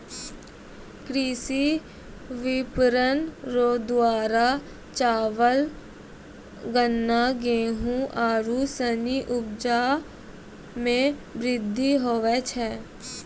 कृषि विपणन रो द्वारा चावल, गन्ना, गेहू आरू सनी उपजा मे वृद्धि हुवै छै